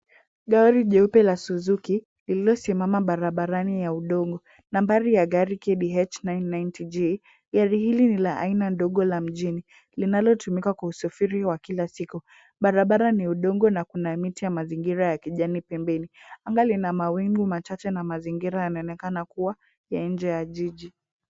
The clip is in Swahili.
Gari jeupe la Suzuki lililosimama barabarani ya udongo. Nambari ya gari KBH 990J, gari hili ni la aina ndogo la mjini linalotumika kwa usafiri wa kila siku. Barabara ni ya udongo na kuna miti ya mazingira ya kijani pembeni. Anga lina mawingu machache na mazingira yanaonekana kuwa ya nje ya jiji.